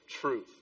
truth